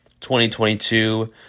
2022